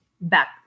back